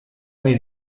made